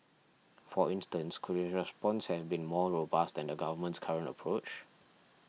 for instance could his response have been more robust than the government's current approach